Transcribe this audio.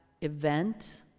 event